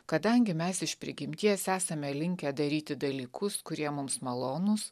kadangi mes iš prigimties esame linkę daryti dalykus kurie mums malonūs